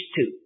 two